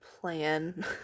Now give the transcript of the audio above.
plan